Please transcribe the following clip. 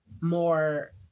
more